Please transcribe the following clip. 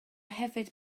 hefyd